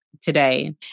today